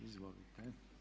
Izvolite.